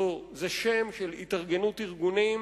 זה שם של התארגנות ארגונים